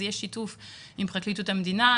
יש שיתוף עם פרקליטות המדינה,